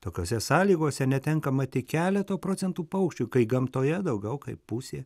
tokiose sąlygose netenkama tik keleto procentų paukščių kai gamtoje daugiau kaip pusė